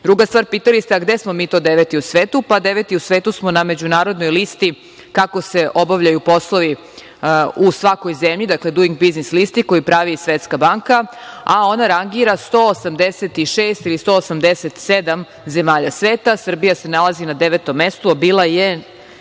stvar, pitali ste – a, gde smo mi to deveti u svetu? Pa, deveti u svetu smo na međunarodnoj listi kako se obavljaju poslovi u svakoj zemlji, dakle, Duing biznis listi, koju pravi Svetska banka, a ona rangira 186 ili 187 zemalja sveta. Srbija se nalazi na devetom mestu, a bila je